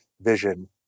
vision